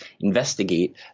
investigate